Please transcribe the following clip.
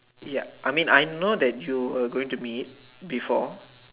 yup I mean I know that you are going to meet before